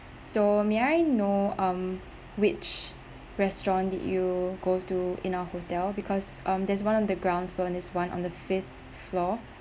so may I know um which restaurant did you go to in our hotel because um there's one on the ground floor there's one on the fifth floor